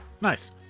nice